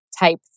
type